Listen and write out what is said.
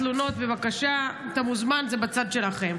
התלונות, בבקשה, אתה מוזמן, זה בצד שלכם.